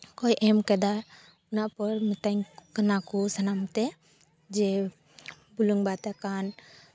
ᱚᱠᱚᱭ ᱮᱢ ᱠᱟᱫᱟ ᱚᱱᱟᱯᱚᱨ ᱢᱤᱛᱟᱹᱧ ᱠᱟᱱᱟ ᱠᱚ ᱥᱟᱱᱟᱢ ᱠᱚᱛᱮ ᱡᱮ ᱵᱩᱞᱩᱝ ᱵᱟᱫ ᱟᱠᱟᱱ